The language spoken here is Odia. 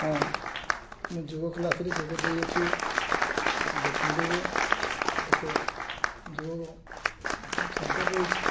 ହଁ ମୁଁ ଯୋଗ କ୍ଲାସ୍ରେ ଯୋଗ ଦେଇଅଛି ବେତନଟିରେ ଏକ ଯୋଗ ସେଣ୍ଟର୍ ରହିଛି